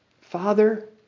Father